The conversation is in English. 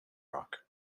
rock